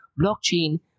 Blockchain